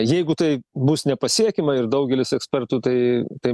jeigu tai bus nepasiekiama ir daugelis ekspertų tai tai